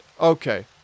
Okay